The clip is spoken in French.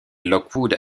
lockwood